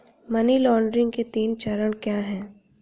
Money laundering के तीन चरण क्या हैं?